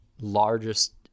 largest